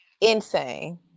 Insane